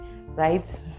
right